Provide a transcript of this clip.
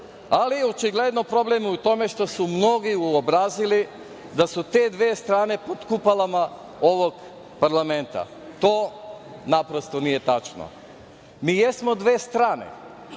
strana. Očigledno je problem u tome što su mnogi uobrazili da su te dve strane pod kupolama ovog parlamenta. I to naprosto nije tačno. Mi jesmo dve strane